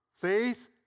faith